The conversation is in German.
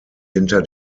hinter